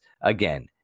again